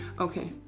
Okay